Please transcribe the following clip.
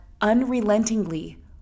unrelentingly